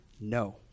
no